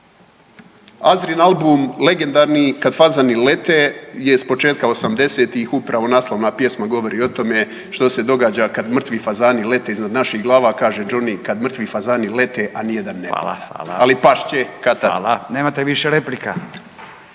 Azrin album legendarni „Kad fazani lete“ je sa početka osamdesetih upravo naslovna pjesma govori o tome što se događa kad mrtvi fazani lete iznad naših glava. Kaže Đoni kad mrtvi fazani lete, a ni jedan ne pada. Ali past će kad-tad. **Radin, Furio